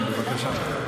כן, בבקשה.